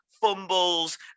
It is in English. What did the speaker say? fumbles